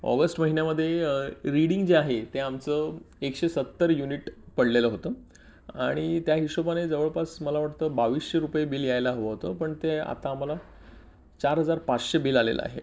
August महिन्यामध्ये reading जे आहे ते आमचं एकशे सत्तर युनिट पडलेलं होतं आणि त्या हिशोबाने जवळपास मला वाटतं बावीसशे रुपये बिल यायला होतं पण ते आता आम्हाला चार हजार पाचशे बिल आलेलं आहे